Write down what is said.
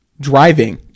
driving